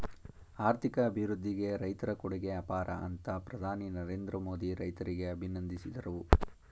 ಆರ್ಥಿಕ ಅಭಿವೃದ್ಧಿಗೆ ರೈತರ ಕೊಡುಗೆ ಅಪಾರ ಅಂತ ಪ್ರಧಾನಿ ನರೇಂದ್ರ ಮೋದಿ ರೈತರಿಗೆ ಅಭಿನಂದಿಸಿದರು